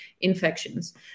infections